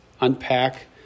unpack